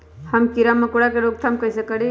हम किरा मकोरा के रोक थाम कईसे करी?